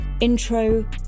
Intro